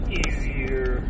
easier